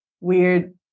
weird